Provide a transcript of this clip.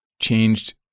changed